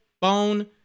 bone